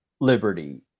liberty